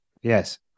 Yes